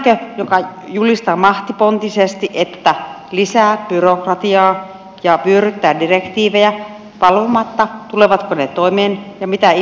tämäkö joka julistaa mahtipontisesti että lisää byrokratiaa ja vyöryttää direktiivejä valvomatta tulevatko ne toimeen ja mitä implementoidaan